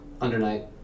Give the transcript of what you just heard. Undernight